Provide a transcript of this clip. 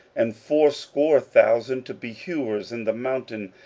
and fourscore thousand to be hewers in the mountain,